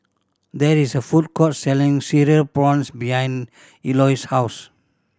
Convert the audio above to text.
there is a food court selling Cereal Prawns behind Eloy's house